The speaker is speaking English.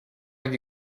have